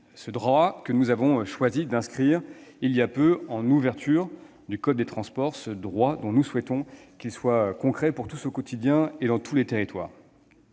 ce droit que nous avons choisi d'inscrire, il y a peu, en ouverture du code des transports et dont nous souhaitons qu'il soit effectif pour tous, au quotidien, dans tous les territoires.